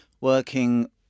working